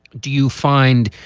do you find,